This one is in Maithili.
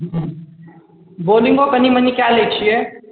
हूँ बोलिङ्गो कनी मनी कए लै छियै